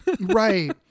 Right